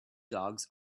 dogs